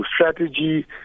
strategy